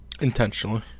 intentionally